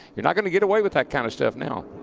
you're not going to get away with that kind of stuff now.